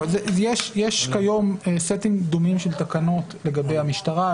יש כיום סטים דומים של תקנות לגבי המשטרה,